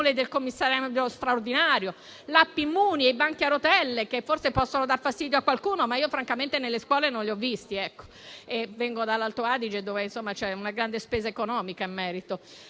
del Commissario straordinario, l'app Immuni, i banchi a rotelle, che forse possono dar fastidio a qualcuno, ma francamente nelle scuole io non li ho mai visti e vengo dall'Alto Adige, dove c'è una grande spesa economica in merito